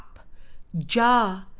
J-A-R